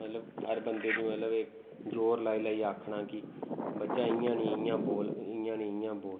मतलब हर बंदे गी मतलब जोर लाई लाई आखना कि बच्चा इ'यां निं इ'यां बोल इ'यां निं इ'यां बोल